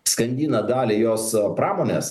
skandina dalį jos pramonės